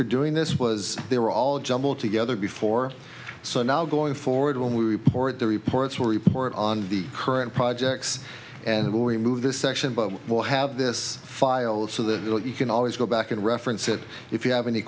for doing this was they were all jumbled together before so now going forward when we report the reports will report on the current projects and will remove this section but we will have this filed so that you can always go back and reference it if you have any